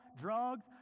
drugs